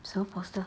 什么 poster